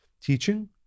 teaching